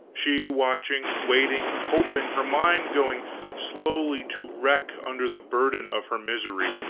she watching, waiting, hoping, her mind going slowly to wreck under the burden of her misery.